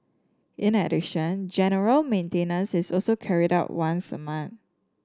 in addition general maintenance is also carried out once a month